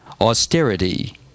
austerity